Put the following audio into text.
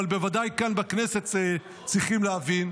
אבל בוודאי כאן בכנסת צריכים להבין,